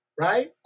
right